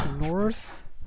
north